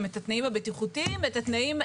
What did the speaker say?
את התנאים הבטיחותיים ואת התנאים,